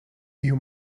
you